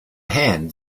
hand